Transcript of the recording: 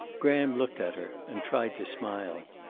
graham looked at her and tried to smile.